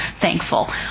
thankful